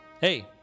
Hey